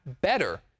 better